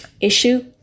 issue